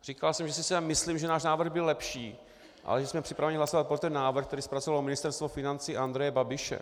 Říkal jsem, že si sice myslím, že náš návrh byl lepší, ale že jsme připraveni hlasovat pro ten návrh, který zpracovalo Ministerstvo financí Andreje Babiše.